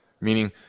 meaning